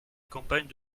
campagne